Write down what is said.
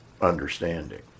understanding